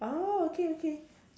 oh okay okay